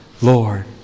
Lord